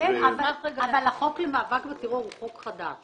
דברים מהסוג הזה, אבל הבסיס הוא אותו בסיס.